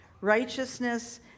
righteousness